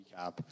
recap